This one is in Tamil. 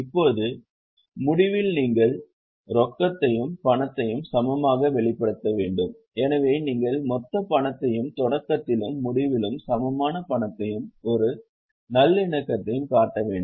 இப்போது முடிவில் நீங்கள் ரொக்கத்தையும் பணத்தையும் சமமாக வெளிப்படுத்த வேண்டும் எனவே நீங்கள் மொத்த பணத்தையும் தொடக்கத்திலும் முடிவிலும் சமமான பணத்தையும் ஒரு நல்லிணக்கத்தையும் காட்ட வேண்டும்